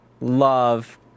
love